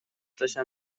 تاشب